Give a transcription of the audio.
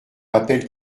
rappelle